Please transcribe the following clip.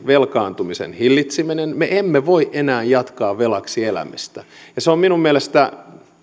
velkaantumisen hillitseminen me emme voi enää jatkaa velaksi elämistä se on minun mielestäni